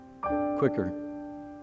Quicker